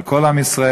על כל עם ישראל,